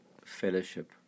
fellowship